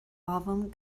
album